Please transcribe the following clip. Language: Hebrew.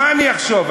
מה אני אחשוב,